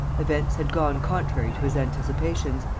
events had gone contrary to his anticipations,